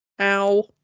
ow